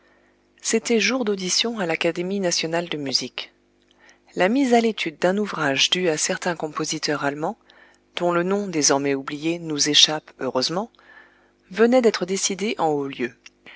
c'était jour d'audition à l'académie nationale de musique la mise à l'étude d'un ouvrage dû à certain compositeur allemand dont le nom désormais oublié nous échappe heureusement venait d'être décidée en haut lieu